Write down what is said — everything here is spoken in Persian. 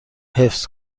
حفظ